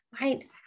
Right